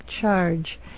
charge